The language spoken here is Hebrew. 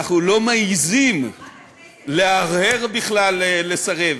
אנחנו לא מעזים להרהר בכלל לסרב.